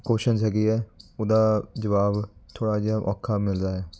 questions ਹੈਗੇ ਹੈ ਉਹਦਾ ਜਵਾਬ ਥੋੜ੍ਹਾ ਜਿਹਾ ਔਖਾ ਮਿਲਦਾ ਹੈ